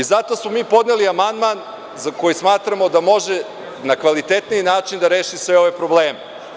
Zato smo mi podneli amandman za koji smatramo da može na kvalitetniji način da reši sve ove probleme.